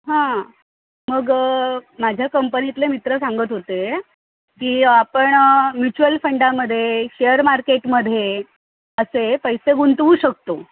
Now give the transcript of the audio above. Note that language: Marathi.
हां मग माझ्या कंपनीतले मित्र सांगत होते की आपण म्युच्युअल फंडामध्ये शेअर मार्केटमध्ये असे पैसे गुंतवू शकतो